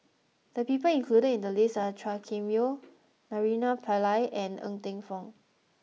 the people included in the list are Chua Kim Yeow Naraina Pillai and Ng Teng Fong